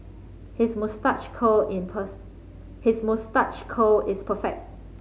his moustache curl in his moustache curl is perfect